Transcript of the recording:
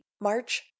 March